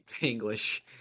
English